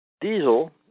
Diesel